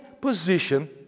position